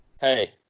Hey